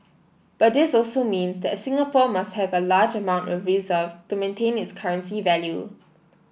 but this also means that Singapore must have a large amount of reserves to maintain its currency value